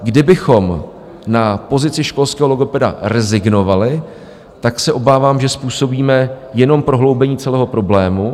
Kdybychom ale na pozici školského logopeda rezignovali, tak se obávám, že způsobíme jenom prohloubení celého problému.